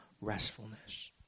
restfulness